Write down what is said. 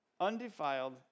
undefiled